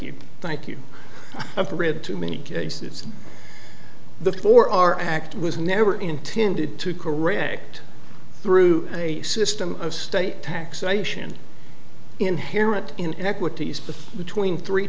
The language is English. you thank you i've read too many cases the for our act was never intended to correct through a system of state taxation inherent in equities but between three